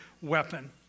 weapon